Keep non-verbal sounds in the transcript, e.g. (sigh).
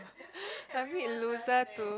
(breath) a bit loser to